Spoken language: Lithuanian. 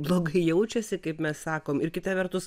blogai jaučiasi kaip mes sakom ir kita vertus